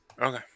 Okay